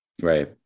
Right